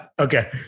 Okay